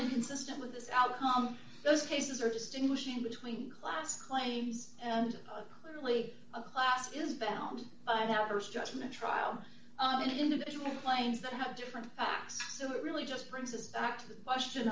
inconsistent with this outcome those cases are distinguishing between class claims and clearly a class is bound to ours judgment trial and individual claims that have different so it really just brings us back to the question